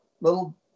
little